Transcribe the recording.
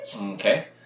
Okay